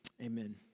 Amen